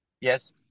Yes